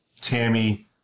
Tammy